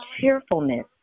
cheerfulness